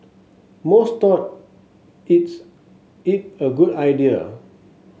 most thought it's it a good idea